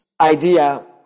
idea